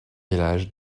village